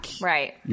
right